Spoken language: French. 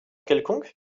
quelconque